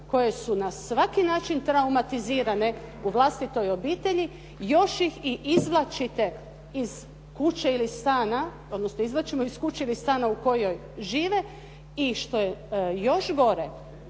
koje su na svaki način traumatizirane u vlastitoj obitelji, još ih i izvlačite iz kuće ili stana, odnosno izvlačimo iz kuće ili stana u kojoj žive i što je još gore